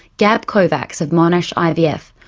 gab kovacs of monash ivf,